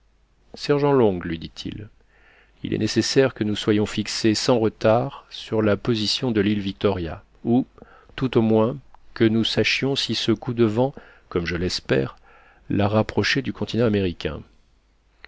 sergent long lui dit-il il est nécessaire que nous soyons fixés sans retard sur la position de l'île victoria ou tout au moins que nous sachions si ce coup de vent comme je l'espère l'a rapprochée du continent américain